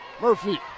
Murphy